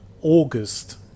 August